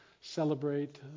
celebrate